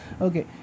okay